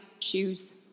shoes